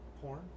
Porn